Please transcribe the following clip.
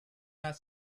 not